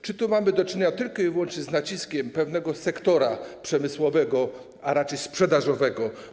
Czy mamy do czynienia tylko i wyłącznie z naciskiem pewnego sektora przemysłowego, a raczej sprzedażowego?